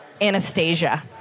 Anastasia